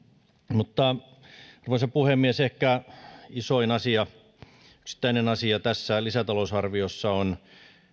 mutta arvoisa puhemies ehkä isoin yksittäinen asia tässä lisätalousarviossa on